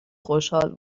خشحال